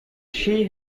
she